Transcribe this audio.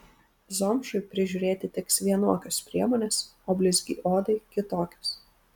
zomšai prižiūrėti tiks vienokios priemonės o blizgiai odai kitokios